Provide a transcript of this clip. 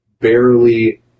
barely